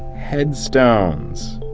headstones!